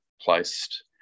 placed